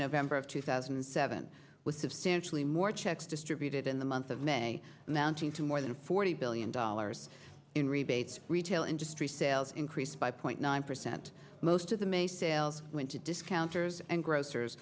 november of two thousand and seven with substantially more checks distributed in the month of may and mounting to more than forty billion dollars in rebates retail industry sales increased by point nine percent most of them a sales went to discounters and grocers